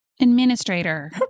Administrator